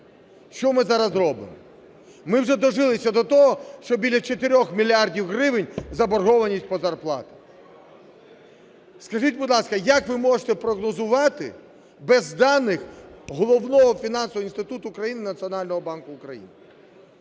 Що ми зараз робимо? Ми вже дожилися до того, що біля 4 мільярдів гривень заборгованість по зарплатам. Скажіть, будь ласка, як ви можете прогнозувати без даних головного фінансового інституту України – Національного банку України?